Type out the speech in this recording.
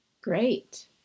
Great